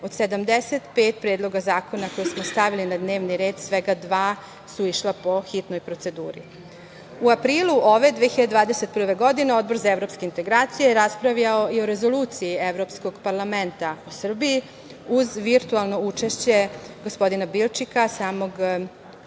od 75 predloga zakona, a koje smo stavili na dnevni red, svega dva su išla po hitnoj proceduri.U aprilu ove 2021. godine Odbor za evropske integracije je raspravljao i o Rezoluciji Evropskog parlamenta u Srbiji uz virtualno učešće gospodina Bilčika, samog izvestioca